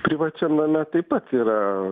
privačiam name taip pat yra